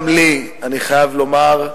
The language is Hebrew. גם לי, אני חייב לומר,